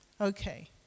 okay